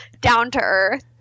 down-to-earth